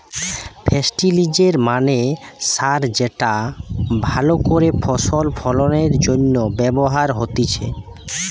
ফেস্টিলিজের মানে সার যেটা ভালো করে ফসল ফলনের জন্য ব্যবহার হতিছে